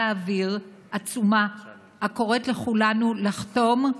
לאוויר עצומה הקוראת לכולנו לחתום על